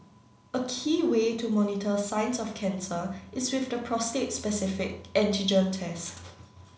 a key way to monitor signs of cancer is with the prostate specific antigen test